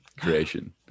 creation